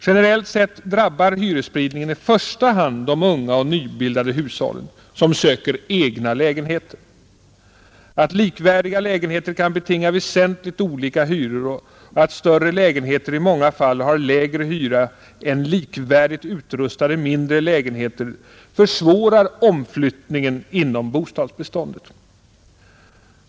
Generellt sett drabbar hyresspridningen i första hand de unga och nybildade hushållen som söker egna lägenheter, Att likvärdiga lägenheter kan betinga väsentligt olika hyror och att större lägenheter i många fall har lägre hyra än likvärdigt utrustade mindre lägenheter försvårar omflyttningen inom bostadsbeståndet.